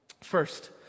First